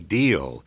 deal